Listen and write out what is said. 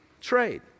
trade